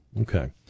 okay